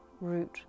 root